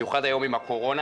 במיוחד היום עם הקורונה.